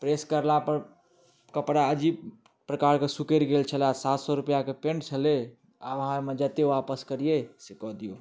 press करला पर कपड़ा अजीब प्रकारके सुकैड़ गेल छलए सात सए रुपआके पेन्ट छलै आब आहाँ अइमऽ जत्ते वापस करियै से दऽ दियौ